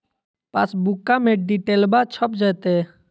पासबुका में डिटेल्बा छप जयते?